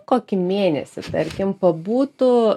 kokį mėnesį tarkim pabūtų